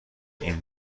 این